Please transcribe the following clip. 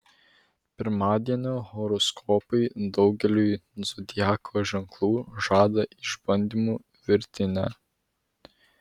pirmadienio horoskopai daugeliui zodiako ženklų žada išbandymų virtinę